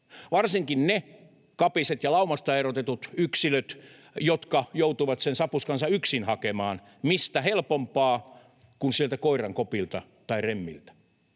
Varsinkin ne kapiset ja laumasta erotetut yksilöt, jotka joutuvat sen sapuskansa yksin hakemaan — mistä helpompaa kuin sieltä koirankopilta tai ‑remmiltä.